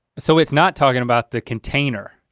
so it's not talking about the container?